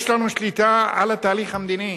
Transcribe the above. יש לנו שליטה על התהליך המדיני.